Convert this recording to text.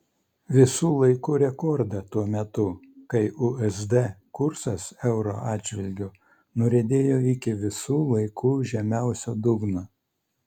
visų laikų rekordą tuo metu kai usd kursas euro atžvilgiu nuriedėjo iki visų laikų žemiausio dugno